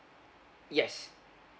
yes